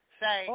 say